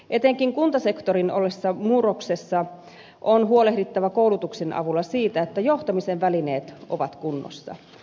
etenkin kuntasektorin ollessa murroksessa on huolehdittava koulutuksen avulla siitä että johtamisen välineet ovat kunnossa